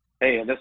Hey